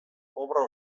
obra